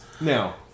Now